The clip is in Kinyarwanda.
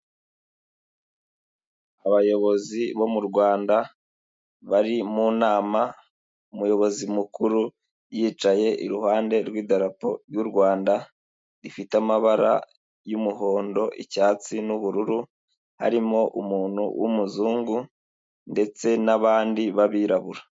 Abayobozi bo mu Rwanda bari mu nama, umuyobozi mukuru yicaye iruhande rw'idarapo ry'u Rwanda rifite amabara y'umuhondo, icyatsi n'ubururu, harimo umuntu w'umuzungu ndetse n'abandi b'abirabura.